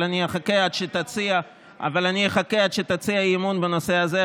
אבל אני אחכה עד שתציע אי-אמון בנושא הזה,